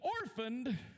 orphaned